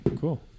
cool